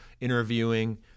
interviewing